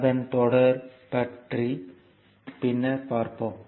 அதன் தொடர் பற்றி பின்னர் பார்ப்போம்